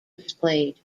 displayed